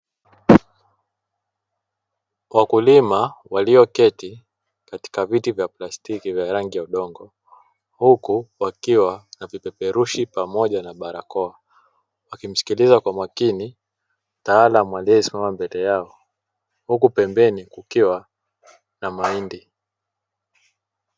Wakulima walioketi katika viti vya plastiki vya rangi ya udongo huku wakiwa na vipeperushi pamoja na barakoa wakimsikiliza kwa makini mtaalamu aliye simama mbele yako, huku pembeni kukiwa na mahindi